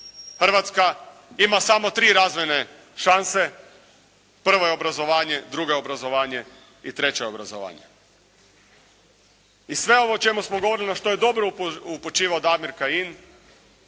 Hrvatska ima samo tri razvojne šanse. Prva je obrazovanje. Druga je obrazovanje. I treća je obrazovanje. I sve ovo o čemu smo govorili na što je dobro upućivao Damir Kajin,